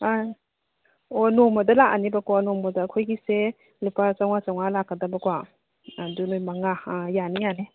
ꯑꯥ ꯑꯣ ꯅꯣꯡꯃꯗ ꯂꯥꯛꯑꯅꯦꯕꯀꯣ ꯅꯣꯡꯃꯗ ꯑꯩꯈꯣꯏꯒꯤꯁꯦ ꯂꯨꯄꯥ ꯆꯃꯉꯥ ꯆꯃꯉꯥ ꯂꯥꯛꯀꯗꯕꯀꯣ ꯑꯗꯨ ꯅꯣꯏ ꯃꯉꯥ ꯑꯥ ꯌꯥꯅꯤ ꯌꯥꯅꯤ